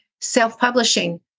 self-publishing